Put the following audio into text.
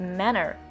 manner